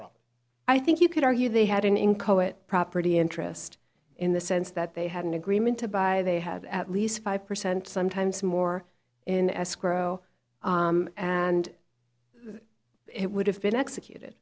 well i think you could argue they had an incoherent property interest in the sense that they had an agreement to buy they have at least five percent sometimes more in escrow and it would have been executed